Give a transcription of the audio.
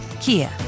Kia